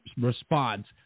response